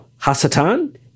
Hasatan